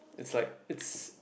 it's like it's